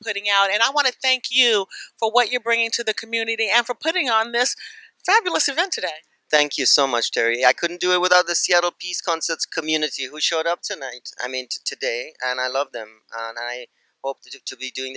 putting out and i want to thank you for what you're bringing to the community and for putting on this fabulous event today thank you so much terry i couldn't do it without the seattle peace concerts community who showed up tonight i mean today and i love them and i hope to get to be doing